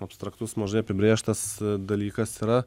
abstraktus mažai apibrėžtas dalykas yra